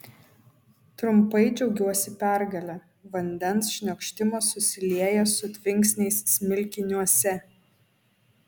trumpai džiaugiuosi pergale vandens šniokštimas susilieja su tvinksniais smilkiniuose